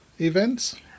events